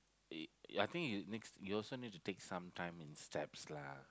I think you next you also need to take some time in steps lah